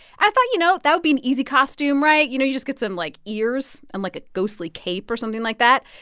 i thought, you know, that would be an easy costume, right? you know, you just get some, like, ears and, like, a ghostly cape or something like that.